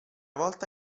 volta